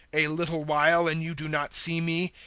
a little while and you do not see me,